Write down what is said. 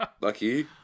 Lucky